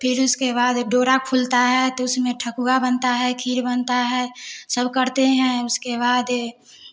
फिर उसके बाद डोरा खुलता है तो उसमें ठकुआ बनता है खीर बनता है सब करते हैं उसके बाद ए